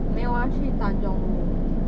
没有啊去 tanjong rhu